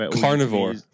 Carnivore